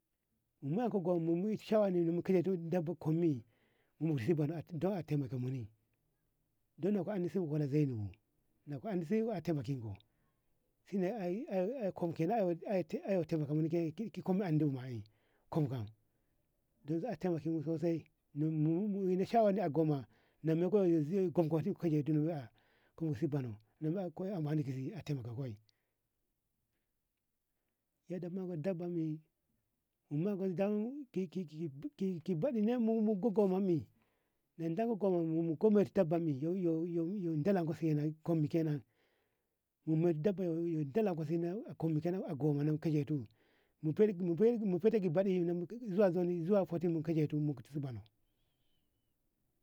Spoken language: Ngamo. Mu anka gum mu mu shawami mu kelo tu dabba kumyi mu meshi bono dan ataimakemu dan na ka andi subu kola zaila zaibu na ko anɗi subu a taimaken ko shine ey kum ey kenan a taimakemu sosai mu ina shawani a gomma na meko zi kum ko kosi buno a taimako ko ey yadda ma dabba me ey ki baɗi mu gummu goma mi nadan goma mu ko marta bo miyo yo mu na dalan ko siye mo kumni kenan mu mer dabam siye ni kum ni kenan a gommana mu fete boɗi na zuwa zoni zuwa fati mu gate to mu matu bano.